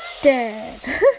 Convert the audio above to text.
dead